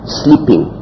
sleeping